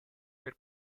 per